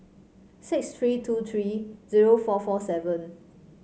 six tree two tree zero four four seven